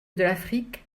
l’afrique